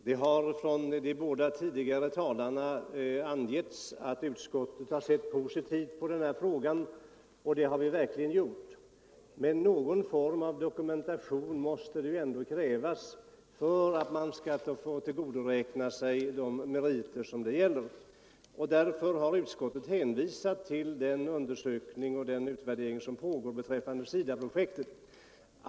Herr talman! De båda tidigare talarna har angett att utskottet sett positivt på den här frågan, och det har vi verkligen gjort. Men någon form av dokumentation måste ändå krävas för att man skall få tillgodoräkna sig de meriter det gäller. Därför har utskottet hänvisat till den undersökning och Nr 109 utvärdering som pågår beträffande SIDA-projektet.